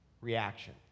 reaction